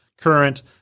Current